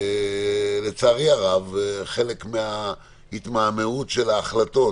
לצערי הרב, חלק מההתמהמהות של ההחלטות